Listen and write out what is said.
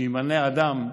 שימנה אדם,